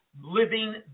living